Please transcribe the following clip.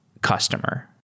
customer